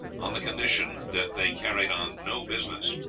on the condition that they carried on no business.